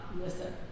listen